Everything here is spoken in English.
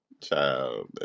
Child